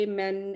men